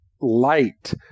light